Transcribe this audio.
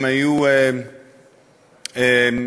כבוד היושב-ראש,